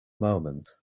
moment